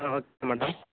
ah okay madam